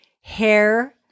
hair